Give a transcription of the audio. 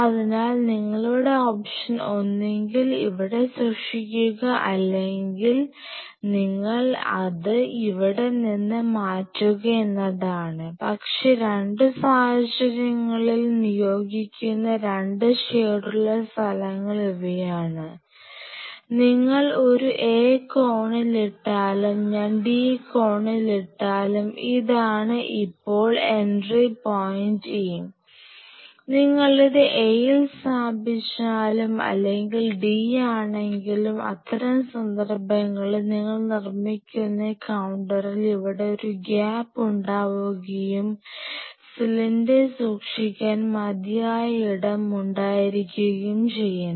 അതിനാൽ നിങ്ങളുടെ ഓപ്ഷൻ ഒന്നുകിൽ ഇവിടെ സൂക്ഷിക്കുക അല്ലെങ്കിൽ നിങ്ങൾ അത് ഇവിടെ നിന്ന് മാറ്റുക എന്നതാണ് പക്ഷേ രണ്ട് സാഹചര്യങ്ങളിലും നിയോഗിക്കുന്ന 2 ഷേഡുള്ള സ്ഥലങ്ങൾ ഇവയാണ് നിങ്ങൾ ഒരു A കോണിൽ ഇട്ടാലും ഞാൻ D കോണിൽ ഇട്ടാലും ഇതാണ് ഇപ്പോൾ എൻട്രി പോയിന്റ് E നിങ്ങൾ ഇത് A യിൽ സ്ഥാപിച്ചാലും അല്ലെങ്കിൽ D യാണെങ്കിലും അത്തരം സന്ദർഭങ്ങളിൽ നിങ്ങൾ നിർമ്മിക്കുന്ന ഈ കൌണ്ടറിൽ ഇവിടെ ഒരു ഗ്യാപ് ഉണ്ടാവുകയും സിലിണ്ടർ സൂക്ഷിക്കാൻ മതിയായ ഇടം ഉണ്ടായിരിക്കുകയുംചെയ്യണം